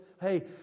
Hey